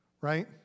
right